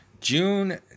June